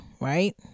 right